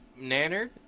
nanner